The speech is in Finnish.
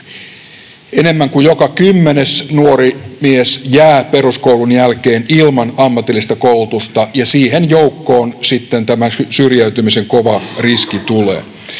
useampi kuin joka kymmenes nuori mies jää peruskoulun jälkeen ilman ammatillista koulutusta, ja siihen joukkoon sitten tämä syrjäytymisen kova riski tulee.